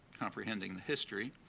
comprehending the history.